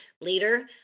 leader